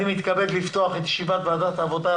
אני מתכבד לפתוח את ישיבת ועדת העבודה,